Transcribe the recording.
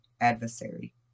adversary